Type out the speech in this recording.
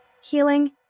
Healing